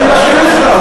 אני מסכים אתך.